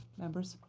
members?